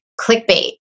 clickbait